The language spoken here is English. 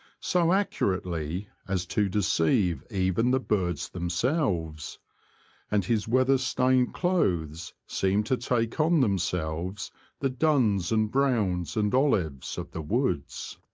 so accurately as to deceive even the birds themselves and his weather-stained clothes seem to take on themselves the duns and browns and olives of the woods.